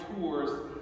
tours